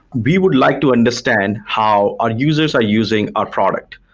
we would like to understand how our users are using our product.